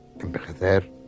envejecer